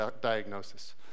diagnosis